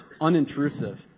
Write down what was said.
unintrusive